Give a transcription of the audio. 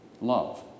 Love